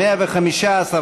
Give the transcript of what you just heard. אתה בהצבעה חופשית,